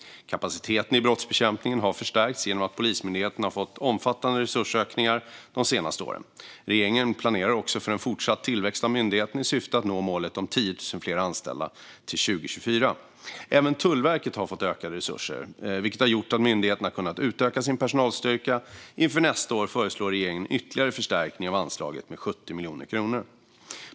Kapaciteten i brottsbekämpningen har förstärkts genom att Polismyndigheten har fått omfattande resursökningar de senaste åren. Regeringen planerar också för en fortsatt tillväxt av myndigheten i syfte att nå målet om 10 000 fler anställda till och med 2024. Även Tullverket har fått ökade resurser, vilket har gjort att myndigheten har kunnat utöka sin personalstyrka. Inför nästa år föreslår regeringen en ytterligare förstärkning av anslaget med 70 miljoner kronor.